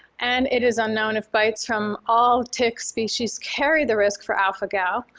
and it is unknown if bites from all tick species carry the risk for alpha-gal,